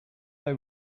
they